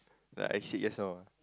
like I said just now